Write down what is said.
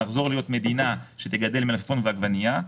נחזור להיות מדינה שתגדל מלפפון ועגבנייה,